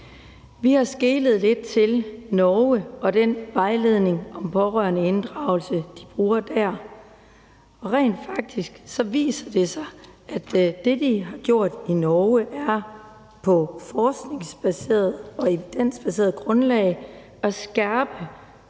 Vi har skelet lidt til Norge og den vejledning om pårørendeinddragelse, de bruger der, og rent faktisk viser det sig, at det, de har gjort i Norge, er på forskningsbaseret og evidensbaseret grundlag at skærpe